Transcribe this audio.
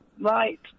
Right